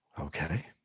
Okay